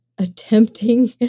attempting